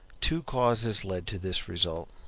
two causes led to this result.